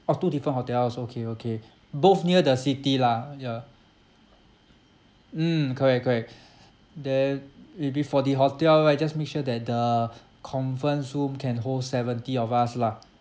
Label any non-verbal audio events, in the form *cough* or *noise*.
ah two different hotels okay okay both near the city lah ya mm correct correct *breath* then maybe for the hotel right just make sure that the conference room can hold seventy of us lah